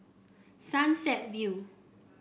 Sunset View